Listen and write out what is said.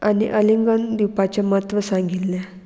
आनी अलिंगन दिवपाचें महत्व सांगिल्लें